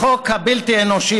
החוק הבלתי-אנושי,